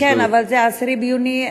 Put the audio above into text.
כן, אבל זה ב-10 ביוני.